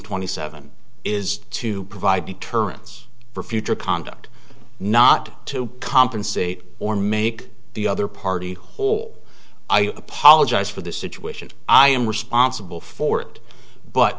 twenty seven is to provide deterrence for future conduct not to compensate or make the other party whole i apologize for the situation i am responsible for it but